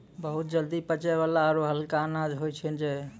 बहुत जल्दी पचै वाला आरो हल्का अनाज होय छै जई